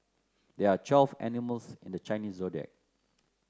there are twelve animals in the Chinese Zodiac